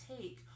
take